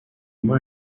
more